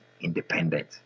independent